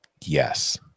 Yes